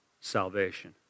salvation